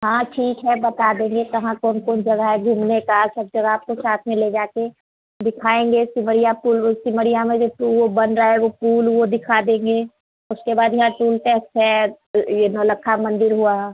हाँ ठीक है बता देंगे कहाँ कौन कौन जगह है घूमने की सब जगह आपको साथ में ले जाकर दिखाएँगे सिमरिया पुल सिमरिया में जैसे वह बन रहा है वह पुल वह दिखा देंगे उसके बाद यहाँ टोल टैक्स है यह नौलक्खा मन्दिर हुआ